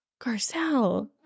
Garcelle